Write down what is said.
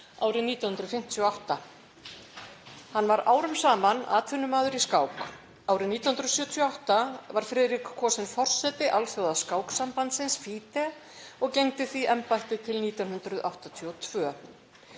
árið 1958. Hann var árum saman atvinnumaður í skák. Árið 1978 var Friðrik kosinn forseti Alþjóðaskáksambandsins, FIDE, og gegndi því embætti til 1982.